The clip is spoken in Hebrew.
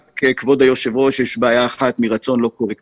רק שיש בעיה אחת: מרצון לא קורה כלום.